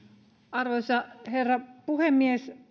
arvoisa herra puhemies